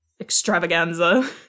extravaganza